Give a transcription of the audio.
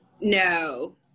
No